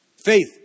Faith